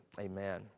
Amen